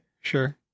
sure